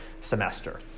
semester